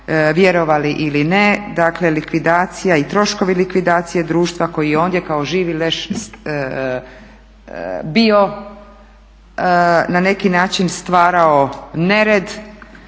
Vjerovali ili ne dakle likvidacija i troškovi likvidacije društva koji je ondje kao živi leš bio na neki način stvarao nered